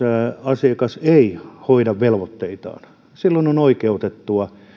asiakas ei hoida velvoitteitaan silloin on oikeutettua